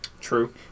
true